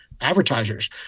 advertisers